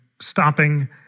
stopping